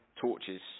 torches